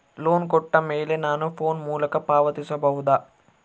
Loan ಕೊಟ್ಟ ಮೇಲೆ ನಾನು ಫೋನ್ ಮೂಲಕ ಪಾವತಿಸಬಹುದಾ?